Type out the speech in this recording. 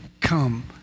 come